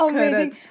Amazing